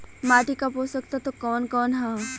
माटी क पोषक तत्व कवन कवन ह?